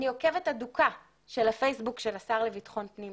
אני עוקבת אדוקה של הפייסבוק של השר לביטחון פנים,